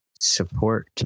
support